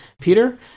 Peter